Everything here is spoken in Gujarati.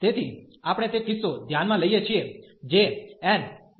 તેથી આપણે તે કિસ્સો ધ્યાનમાં લઈએ છીએ જે n≥1 છે